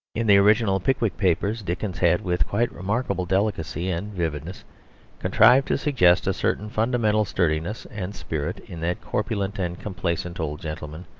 in the original pickwick papers dickens had with quite remarkable delicacy and vividness contrived to suggest a certain fundamental sturdiness and spirit in that corpulent and complacent old gentleman.